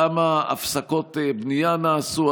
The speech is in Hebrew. כמה הפסקות בנייה נעשו.